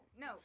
No